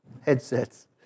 headsets